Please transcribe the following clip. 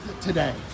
today